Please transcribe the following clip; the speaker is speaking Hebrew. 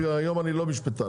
היום אני לא משפטן,